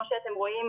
כמו שאתם רואים,